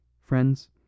Friends